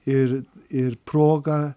ir ir proga